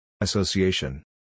Association